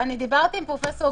דיברתי עם פרופ' גרוטו.